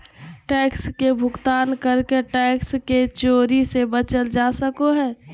tax के भुगतान करके टैक्स के चोरी से बचल जा सको हय